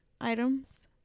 items